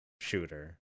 shooter